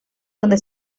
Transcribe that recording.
donde